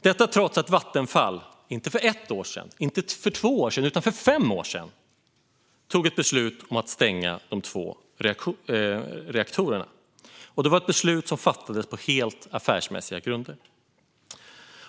Det gör man trots att Vattenfall för inte ett år sedan och inte två år sedan utan fem år sedan tog beslut om att stänga de två reaktorerna. Det var ett beslut som fattades på helt affärsmässiga grunder.